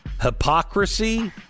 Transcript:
Hypocrisy